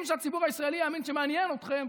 שהציבור הישראלי להאמין שמעניין אתכם,